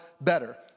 better